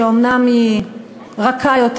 שאומנם היא רכה יותר,